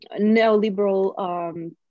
neoliberal